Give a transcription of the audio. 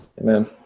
Amen